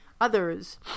others